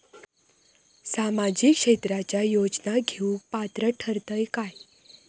सामाजिक क्षेत्राच्या योजना घेवुक पात्र ठरतव काय?